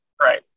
Right